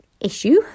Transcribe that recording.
issue